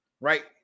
right